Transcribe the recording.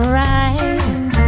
right